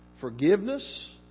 forgiveness